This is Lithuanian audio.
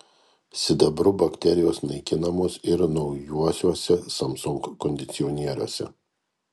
sidabru bakterijos naikinamos ir naujuosiuose samsung kondicionieriuose